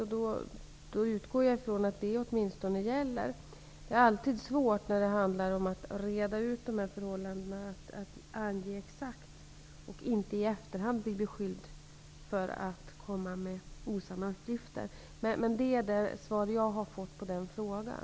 Jag utgår ifrån att det gäller. När det handlar om att reda ut dessa förhållanden är det alltid svårt att ange exakt datum, så att man inte i efterhand blir beskylld för att komma med osanna uppgifter. Det är det svar jag har fått på den frågan.